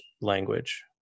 language